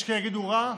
יש שיגידו שהוא רע,